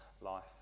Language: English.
Life